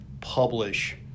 publish